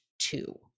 two